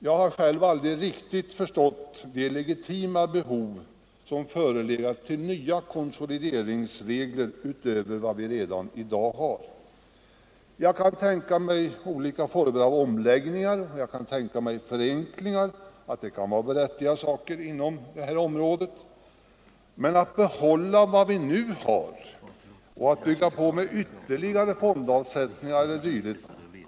Jag har själv aldrig riktigt förstått det legitima behov som har förelegat av nya konsolideringsregler utöver dem som i dag finns. Jag kan tänka mig att det kan vara berättigat med olika former av omläggningar och förenklingar. Men det finns enligt min uppfattning egentligen inte något behov av att utöver vad vi nu har bygga på med ytterligare fondavsättningar o. d.